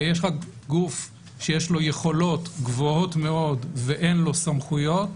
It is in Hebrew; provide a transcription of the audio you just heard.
יש לך גוף שיש לו יכולות גבוהות מאוד ואין לו סמכויות,